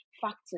factors